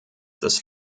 des